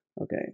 Okay